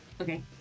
okay